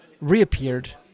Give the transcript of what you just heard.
reappeared